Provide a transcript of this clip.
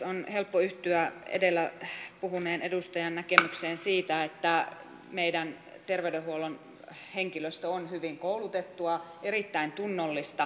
on helppo yhtyä edellä puhuneen edustajan näkemykseen siitä että meidän terveydenhuoltomme henkilöstö on hyvin koulutettua erittäin tunnollista